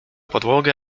podłogę